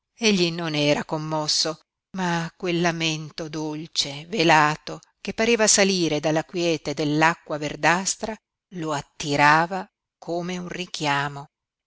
egli non era commosso ma quel lamento dolce velato che pareva salire dalla quiete dell'acqua verdastra lo attirava come un richiamo